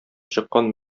чыккан